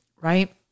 right